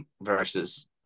versus